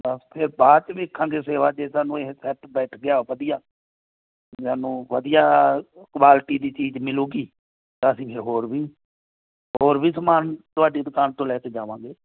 ਬਸ ਫਿਰ ਬਾਅਦ 'ਚ ਦੇਖਾਂਗੇ ਸੇਵਾ ਜੇ ਸਾਨੂੰ ਇਹ ਸੈੱਟ ਬੈਠ ਗਿਆ ਵਧੀਆ ਸਾਨੂੰ ਵਧੀਆ ਕਵਾਲਿਟੀ ਦੀ ਚੀਜ਼ ਮਿਲੂਗੀ ਤਾਂ ਅਸੀਂ ਹੋਰ ਵੀ ਹੋਰ ਵੀ ਸਮਾਨ ਤੁਹਾਡੀ ਦੁਕਾਨ ਤੋਂ ਲੈ ਕੇ ਜਾਵਾਂਗੇ